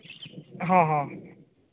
ᱦᱚᱸ ᱦᱚᱸ